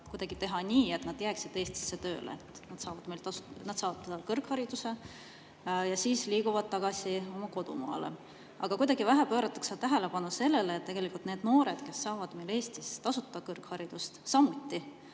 kuidagi teha nii, et nad jääksid Eestisse tööle. Nad saavad meil kõrghariduse ja siis liiguvad tagasi oma kodumaale. Samas kuidagi vähe pööratakse tähelepanu sellele, et tegelikult need [meie oma] noored, kes saavad meil Eestis tasuta kõrgharidust, samuti